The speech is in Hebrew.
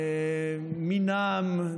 מינם,